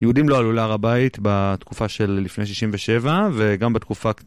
יהודים לא עלו להר הבית בתקופה של לפני 67' וגם בתקופה